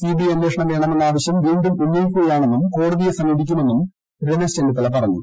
CPI അന്വേഷണം വേണമെന്ന ആവശ്യം വീണ്ടും ഉന്നയിക്കുകയാണെന്നും കോടതിയെ സമീപിക്കുമെന്നും രമേശ് ചെന്നിത്തല പറഞ്ഞു